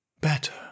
better